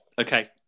Okay